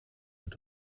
mit